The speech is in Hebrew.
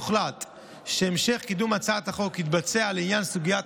הוחלט שהמשך קידום הצעת החוק לעניין סוגיית